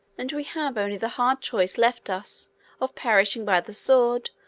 and we have only the hard choice left us of perishing by the sword,